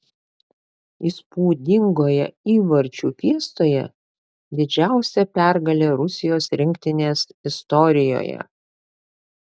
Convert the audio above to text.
įspūdingoje įvarčių fiestoje didžiausia pergalė rusijos rinktinės istorijoje